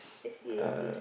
I see I see